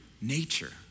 nature